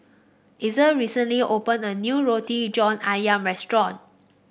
Ezell recently opened a new Roti John ayam restaurant